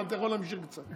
אבל אתה יכול להמשיך קצת.